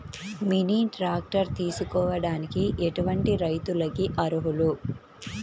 Mini tractor తీసుకోవడానికి ఎటువంటి రైతులకి అర్హులు?